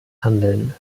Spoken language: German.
handeln